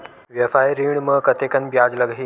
व्यवसाय ऋण म कतेकन ब्याज लगही?